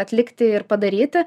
atlikti ir padaryti